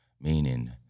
meaning